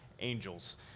angels